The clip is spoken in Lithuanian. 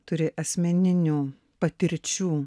turi asmeninių patirčių